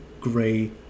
gray